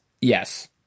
Yes